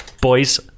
Boys